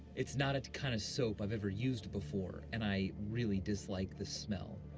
it's not a kind of soap i've ever used before, and i really dislike the smell.